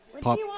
pop